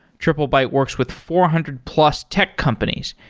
triplebyte works with four hundred plus tech companies,